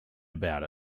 about